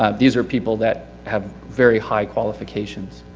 um these are people that have very high qualifications.